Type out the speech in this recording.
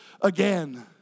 again